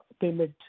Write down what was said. payment